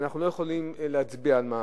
ואנחנו לא יכולים להצביע עליו,